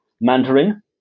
Mandarin